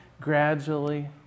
gradually